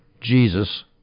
Jesus